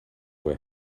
were